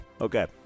Okay